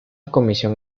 comisión